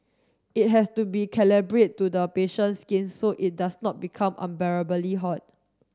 it has to be calibrate to the patient's skin so it does not become unbearably hot